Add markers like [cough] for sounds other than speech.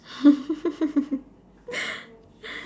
[laughs]